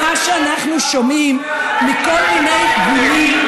אני מקווה בשבילך,